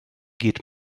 geht